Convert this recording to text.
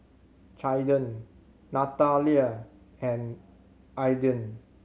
Caiden Nathalia and Ayden